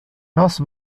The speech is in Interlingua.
nos